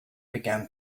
began